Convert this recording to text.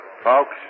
Folks